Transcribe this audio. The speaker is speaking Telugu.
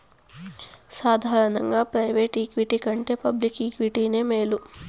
సాదారనంగా ప్రైవేటు ఈక్విటి కంటే పబ్లిక్ ఈక్విటీనే మేలు